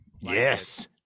Yes